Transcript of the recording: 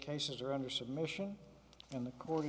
cases are under submission and the court